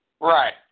Right